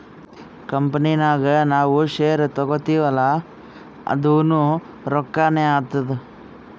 company ನಾಗ್ ನಾವ್ share ತಗೋತಿವ್ ಅಲ್ಲಾ ಅದುನೂ ರೊಕ್ಕಾನೆ ಆತ್ತುದ್